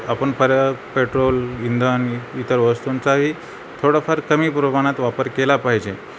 आपण पर पेट्रोल इंधन इतर वस्तूंचाही थोडंफार कमी प्रमाणात वापर केला पाहिजे